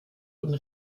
und